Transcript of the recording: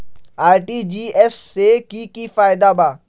RTGS से की की फायदा बा?